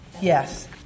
Yes